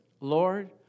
Lord